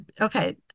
okay